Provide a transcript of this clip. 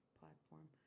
platform